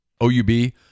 OUB